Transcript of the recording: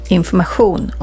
information